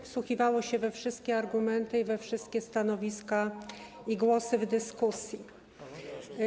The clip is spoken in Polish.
Wsłuchiwało się we wszystkie argumenty i we wszystkie stanowiska i głosy w dyskusji.